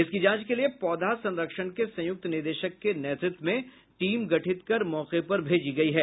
इसकी जांच के लिए पौधा संरक्षण के संयुक्त निदेशक के नेतृत्व में टीम गठित कर मौके पर भेजी गयी है